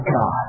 God